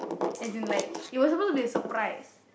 as in like it was suppose to be a surprise